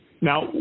Now